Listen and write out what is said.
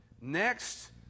next